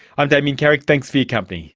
i'm damien carrick, thanks for your company